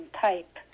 type